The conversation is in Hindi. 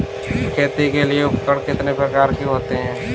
खेती के लिए उपकरण कितने प्रकार के होते हैं?